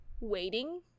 Waiting